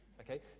okay